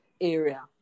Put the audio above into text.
area